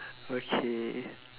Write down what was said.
okay